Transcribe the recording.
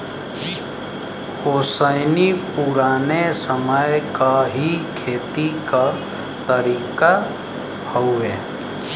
ओसैनी पुराने समय क ही खेती क तरीका हउवे